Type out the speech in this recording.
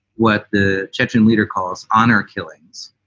what the chechen leader calls honor killings.